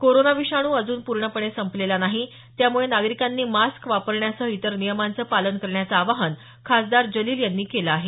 corona विषाणू अजून पूर्णपणे संपलेला नाही त्यामुळे नागरीकांनी मास्क वापरण्यासह इतर नियमांचं पालन करण्याचं आवाहन खासदार जलिल यांनी केलं आहे